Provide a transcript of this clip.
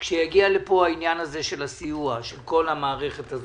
כשיגיע העניין הזה של הסיוע של כל המערכת של